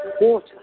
Water